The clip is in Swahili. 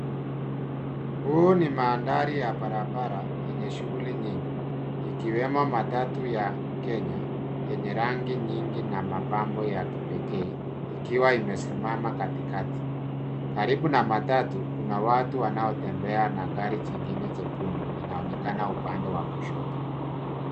Huu ni mandhari wa barabara enye shughuli nyingi ikiwemo matatu ya Kenya enye rangi nyingi na mapambo ya kipekee, ikiwa imesimama katikati. Karibu na matatu kuna watu wanaotembea na gari jingine jekundu linaonekana upande wa kushoto.